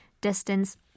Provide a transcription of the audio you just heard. distance